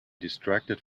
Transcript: distracted